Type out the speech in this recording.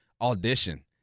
audition